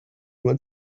went